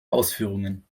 ausführungen